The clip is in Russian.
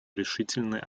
решительный